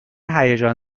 هیجان